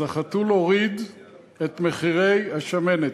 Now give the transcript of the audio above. אז החתול הוריד את מחירי השמנת.